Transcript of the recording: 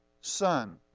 son